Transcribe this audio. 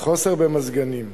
חוסר במזגנים.